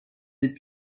des